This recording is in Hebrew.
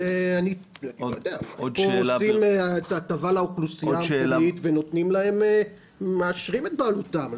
אולי נותנים הטבה לאוכלוסייה המקומית ומאשרים את בעלותם.